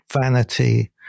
vanity